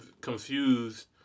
confused